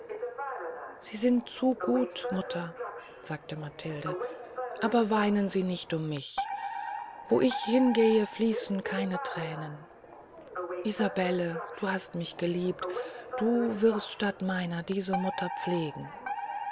sie sind zu gut mutter sagte matilde aber weinen sie nicht um mich wo ich hingehe fließen keine thränen isabelle du hast mich geliebt du wirst statt meiner diese mutter pflegen